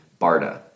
BARDA